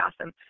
awesome